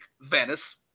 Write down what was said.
Venice